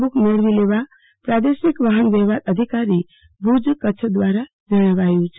book મેળવી લેવા પ્રાદેશિક વાફન વ્યવફાર અધિકારી ભુજ કચ્છ દ્વારા જણાવાયું છે